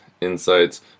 insights